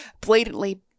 blatantly